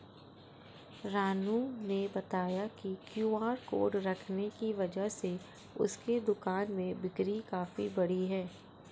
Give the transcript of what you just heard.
रानू ने बताया कि क्यू.आर कोड रखने की वजह से उसके दुकान में बिक्री काफ़ी बढ़ी है